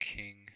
King